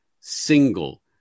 single